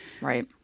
Right